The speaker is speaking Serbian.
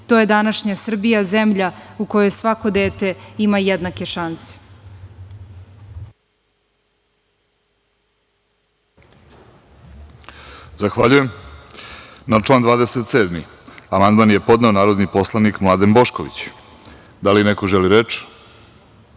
je današnja Srbija, zemlja u kojoj svako dete ima jednake šanse. **Vladimir Orlić** Zahvaljujem. Na član 27. amandman je podneo narodni poslanik Mladen Bošković. Da li neko želi reč?